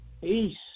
Peace